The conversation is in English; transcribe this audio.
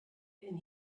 and